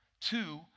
two